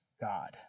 God